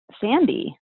Sandy